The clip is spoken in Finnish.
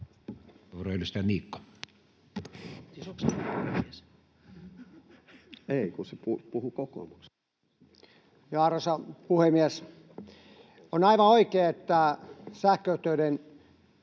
Arvoisa puhemies! On aivan oikein, että sähköyhtiöiden